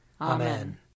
Amen